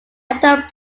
adult